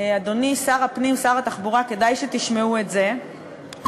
אדוני שר הפנים, שר התחבורה, כדאי שתשמעו את זה,